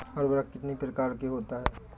उर्वरक कितनी प्रकार के होता हैं?